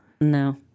No